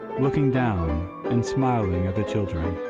looking down and smiling at the children.